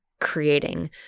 creating